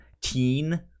teen